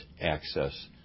access